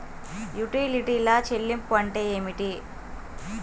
యుటిలిటీల చెల్లింపు అంటే ఏమిటి?